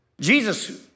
Jesus